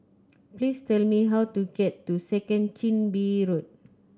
please tell me how to get to Second Chin Bee Road